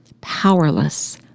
powerless